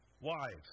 Wives